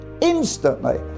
instantly